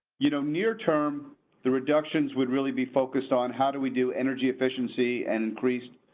you know, near term the reductions would really be focused on. how do we do energy efficiency and increased.